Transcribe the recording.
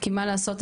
כי מה לעשות,